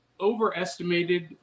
overestimated